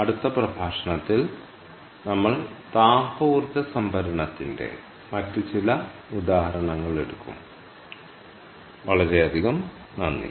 അടുത്ത പ്രഭാഷണത്തിൽ നമ്മൾ താപ ഊർജ്ജ സംഭരണത്തിന്റെ മറ്റ് ചില ഉദാഹരണങ്ങൾ എടുക്കും എന്നതാണ്